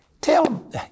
Tell